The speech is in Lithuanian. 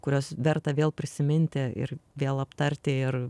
kuriuos verta vėl prisiminti ir vėl aptarti ir